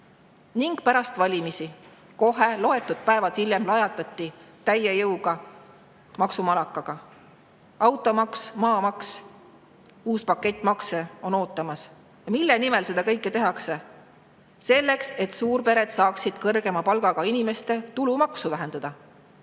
Ning pärast valimisi, loetud päevad hiljem, lajatati kohe täie jõuga maksumalakaga: automaks, maamaks. Uus pakett makse on ootamas. Mille nimel seda kõike tehakse? Selleks, et suurpered saaksid kõrgema palgaga inimeste tulumaksu vähendada.